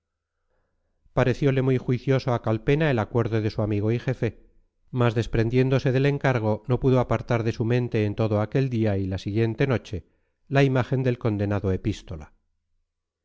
eternidad pareciole muy juicioso a calpena el acuerdo de su amigo y jefe mas desprendiéndose del encargo no pudo apartar de su mente en todo aquel día y la siguiente noche la imagen del condenado epístola